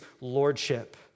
lordship